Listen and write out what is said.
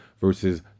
versus